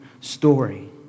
story